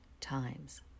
times